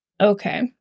Okay